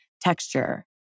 Texture